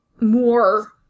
more